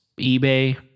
eBay